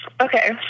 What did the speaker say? Okay